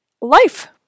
life